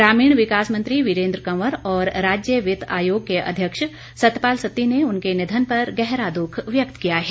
ग्रामीण विकास मंत्री वीरेन्द्र कंवर और राज्य वित्त आयोग के अध्यक्ष सतपाल सत्ती ने उनके निधन पर गहरा दुख व्यक्त किया है